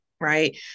right